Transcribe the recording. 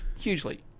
Hugely